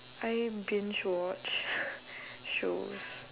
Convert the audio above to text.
I binge watch shows